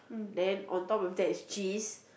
then on top of that is cheese